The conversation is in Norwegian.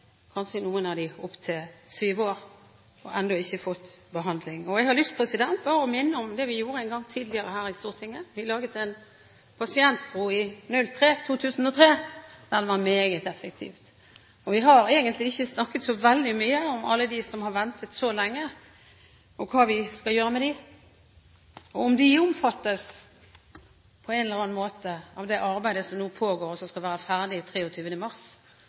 noen av dem kanskje i opptil sju år – og ennå ikke fått behandling. Jeg har lyst til å minne om det vi gjorde her i Stortinget en gang tidligere: Vi laget en pasientbro i 2003. Den var meget effektiv, og vi har egentlig ikke snakket så mye om hva vi skal gjøre med alle dem som har ventet så lenge – om de på en eller annen måte omfattes av det arbeidet som nå pågår, og som skal være ferdig 23. mars.